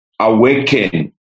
awaken